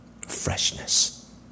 freshness